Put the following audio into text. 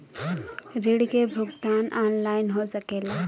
ऋण के भुगतान ऑनलाइन हो सकेला?